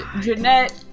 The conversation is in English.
Jeanette